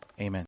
Amen